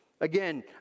Again